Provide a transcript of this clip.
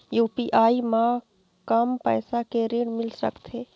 UPI म कम पैसा के ऋण मिल सकथे?